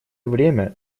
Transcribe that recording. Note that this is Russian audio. время